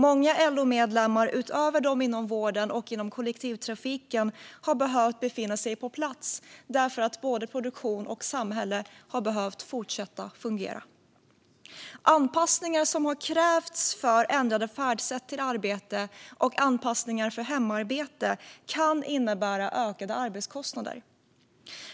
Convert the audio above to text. Många LO-medlemmar utöver dem som arbetar inom vården och kollektivtrafiken har behövt befinna sig på plats för att både produktion och samhälle har behövt fortsätta fungera. Anpassningar som har krävts för ändrade färdsätt till arbetet och för hemarbete kan ha inneburit ökade arbetskostnader.